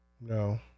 no